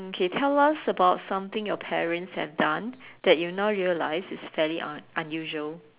okay tell us about something your parents have done that you now realized is fairly un~ unusual